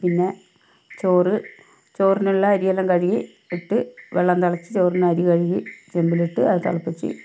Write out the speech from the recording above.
പിന്നെ ചോറ് ചോല്ലാം കഴുകി ഇട്ട് വെള്ളം തിളച്ച് ചോറിനരി കഴുകി ചെമ്പിലിട്ട് അതു തിളപ്പിച്ച്